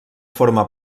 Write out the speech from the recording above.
forma